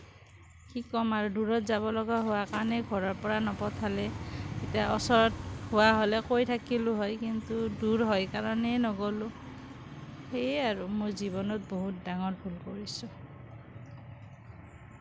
কি ক'ম আৰু দূৰত যাব লগা হোৱাৰ কাৰণেই ঘৰৰ পৰা নপঠালে এতিয়া ওচৰত হোৱা হ'লে কৰি থাকিলোঁ হয় কিন্তু দূৰ হয় কাৰণেই নগলোঁ সেয়াই আৰু মোৰ জীৱনত বহুত ডাঙৰ ভুল কৰিছোঁ